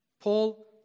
Paul